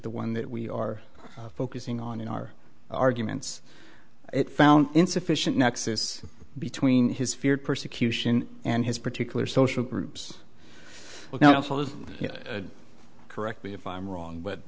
the one that we are focusing on in our arguments it found insufficient nexus between his feared persecution and his particular social groups now correct me if i'm wrong but